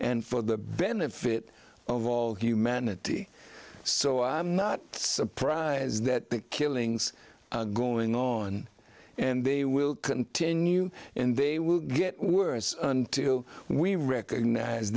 and for the benefit of all humanity so i'm not surprised that the killings going on and they will continue and they will get worse until we recognize